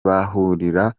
bahurira